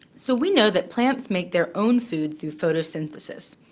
so we know that plants make their own food through photosynthesis.